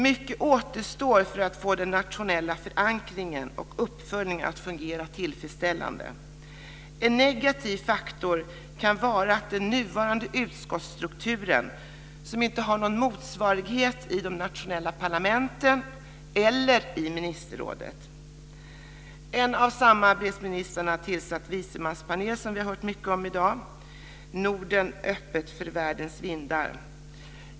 Mycket återstår för att få den nationella förankringen och uppföljningen att fungera tillfredsställande. En negativ faktor kan vara den nuvarande utskottsstrukturen, som inte har någon motsvarighet i de nationella parlamenten eller i ministerrådet. En av samarbetsministrarna tillsatt vismanspanel, som vi har hört mycket om i dag, har skrivit en rapport, Norden 2000 - öppet för världens vindar.